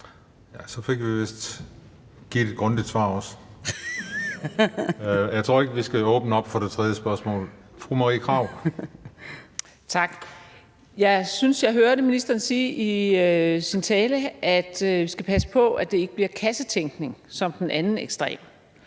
Så fik vi vist også givet et grundigt svar. Jeg tror ikke, vi skal åbne op for det tredje spørgsmål. Fru Marie Krarup Kl. 14:54 Marie Krarup (DF): Tak. Jeg synes, at jeg hørte ministeren sige i sin tale, at vi skal passe på, at det ikke bliver kassetænkning som den anden ekstrem.